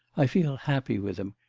i feel happy with him,